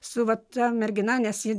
su va ta mergina nes ji